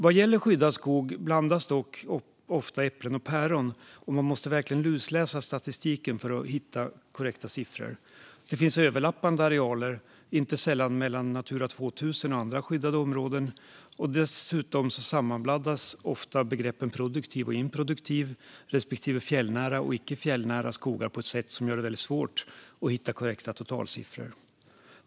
Vad gäller skyddad skog blandas dock ofta äpplen och päron, och man måste verkligen lusläsa statistiken för att hitta korrekta siffror. Dels finns överlappande arealer, inte sällan mellan Natura 2000 och andra skyddade områden, och dels sammanblandas ofta begreppen produktiv och improduktiv respektive fjällnära och icke fjällnära skog på ett sätt som gör det svårt att hitta korrekta totalsiffror.